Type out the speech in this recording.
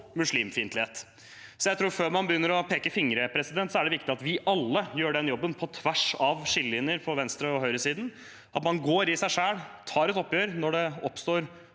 muslimfiendtlighet. Jeg tror derfor at før man begynner å bruke pekefinger, er det viktig at vi alle gjør den jobben på tvers av skillelinjer på venstre- og høyresiden, at man går i seg selv og tar et oppgjør når det oppstår